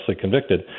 convicted